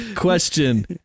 Question